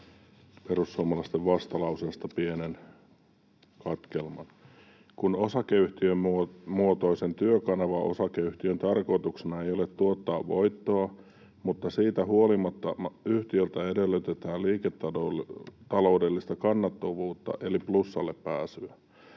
perussuomalaisten vastalauseesta pienen katkelman: ”Osakeyhtiömuotoisen Työkanava Oy:n tarkoituksena ei ole tuottaa voittoa, mutta siitä huolimatta yhtiöltä edellytetään liiketaloudellista kannattavuutta eli plussalle pääsyä.